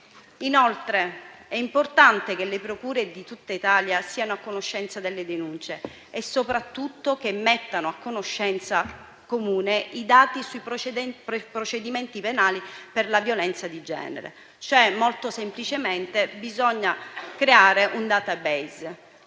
Inoltre, è importante che le procure di tutta Italia siano a conoscenza delle denunce e, soprattutto, che mettano a conoscenza comune i dati sui precedenti procedimenti penali per la violenza di genere. Molto semplicemente, bisogna creare un *database*,